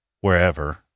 wherever